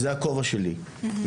זה הכובע שלי.